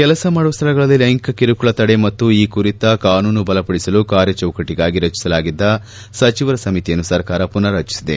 ಕೆಲಸ ಮಾಡುವ ಸ್ಥಳಗಳಲ್ಲಿ ಲೈಂಗಿಕ ಕಿರುಕುಳ ತಡೆ ಮತ್ತು ಈ ಕುರಿತ ಕಾನೂನು ಬಲಪಡಿಸುವ ಕಾರ್ಯಚೌಕಟ್ಟಗಾಗಿ ರಚಿಸಲಾಗಿದ್ದ ಸಚಿವರ ಸಮಿತಿಯನ್ನು ಸರ್ಕಾರ ಪುನಾರಚಿಸಿದೆ